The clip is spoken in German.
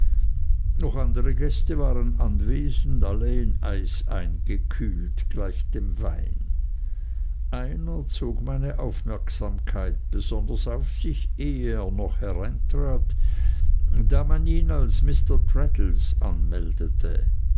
noch andere gäste waren anwesend alle in eis eingekühlt gleich dem wein einer zog meine aufmerksamkeit besonders auf sich ehe er noch hereintrat da man ihn als mr traddles anmeldete